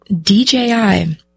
DJI